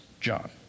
John